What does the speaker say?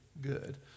good